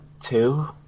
two